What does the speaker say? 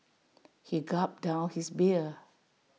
he gulped down his beer